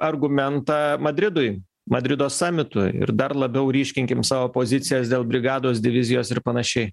argumentą madridui madrido samitu ir dar labiau ryškinkim savo pozicijas dėl brigados divizijos ir panašiai